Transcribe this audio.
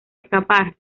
escapar